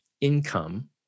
income